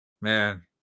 Man